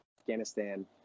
Afghanistan